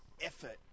effort